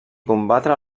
combatre